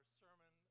sermon